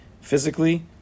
physically